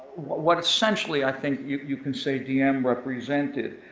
what essentially i think you can say, diem represented.